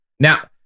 Now